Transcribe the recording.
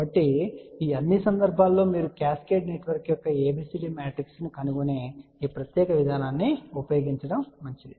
కాబట్టి ఈ అన్ని సందర్భాల్లో మీరు క్యాస్కేడ్ నెట్వర్క్ యొక్క ABCD మ్యాట్రిక్స్ ను కనుగొనే ఈ ప్రత్యేక విధానాన్ని ఉపయోగించడం మంచిది